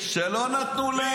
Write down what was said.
נתנו לו